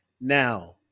Now